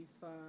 fun